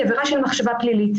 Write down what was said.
היא עבירה של מחשבה פלילית.